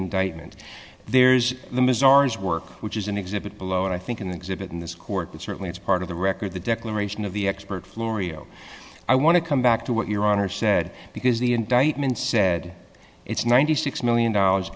indictment there's the mazhar as work which is an exhibit below and i think in the exhibit in this court that certainly it's part of the record the declaration of the expert florio i want to come back to what your honor said because the indictment said it's ninety six million dollars